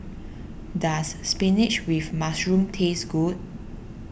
does Spinach with Mushroom taste good